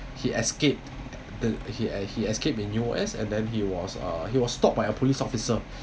he escaped th~ he he escaped in U_S and then he was uh he was stopped by a police officer